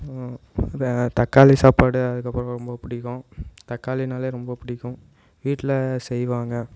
இந்த தக்காளி சாப்பாடு அதுக்கு அப்புறம் ரொம்ப பிடிக்கும் தக்காளினாலே ரொம்ப பிடிக்கும் வீட்டில் செய்வாங்க